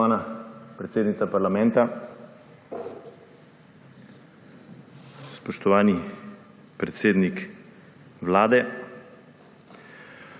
Spoštovana predsednica parlamenta, spoštovani predsednik Vlade!